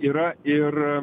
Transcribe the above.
yra ir